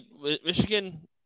Michigan